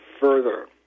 further